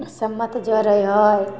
सम्मत जरै हइ